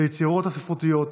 ביצירות הספרותיות,